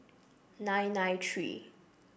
nine nine three